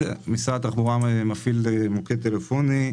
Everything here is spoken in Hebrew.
משרד התחבורה מפעיל מוקד טלפוני.